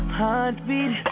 heartbeat